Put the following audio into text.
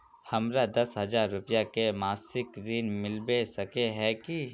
हमरा दस हजार रुपया के मासिक ऋण मिलबे सके है की?